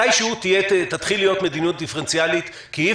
מתישהו תתחיל להיות מדיניות דיפרנציאלית כי אי